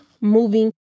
moving